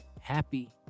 Happy